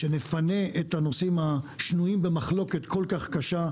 ושנפנה את הנושאים המיותרים והשנויים במחלוקת כל כך קשה,